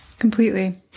Completely